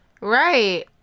right